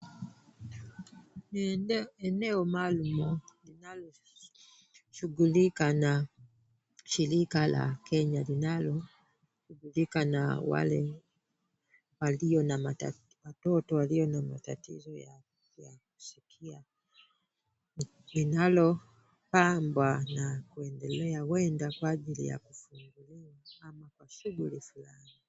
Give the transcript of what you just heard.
Eneo maalum linaloshughulika na shirika la kenya linaloshughulika na wale walio na matatizo watoto walio na matatizo ya kiafya linalopambwa na kuendelea huenda kwa ajili ya kufunguliwa au shughuli za..